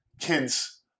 kids